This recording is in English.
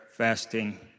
fasting